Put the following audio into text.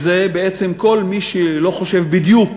זה בעצם שכל מי שלא חושב בדיוק